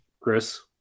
Chris